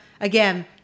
Again